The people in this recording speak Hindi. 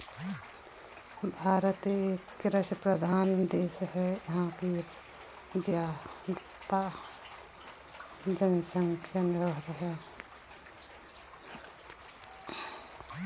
भारत एक कृषि प्रधान देश है यहाँ की ज़्यादातर जनसंख्या निर्भर है